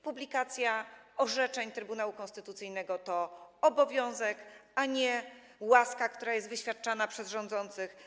Publikacja orzeczeń Trybunału Konstytucyjnego to obowiązek, a nie łaska, która jest wyświadczana przez rządzących.